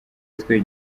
yatwaye